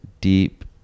deep